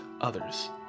others